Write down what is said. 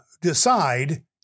Decide